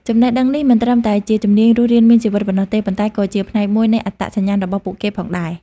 ចំណេះដឹងនេះមិនត្រឹមតែជាជំនាញរស់រានមានជីវិតប៉ុណ្ណោះទេ ប៉ុន្តែក៏ជាផ្នែកមួយនៃអត្តសញ្ញាណរបស់ពួកគេផងដែរ។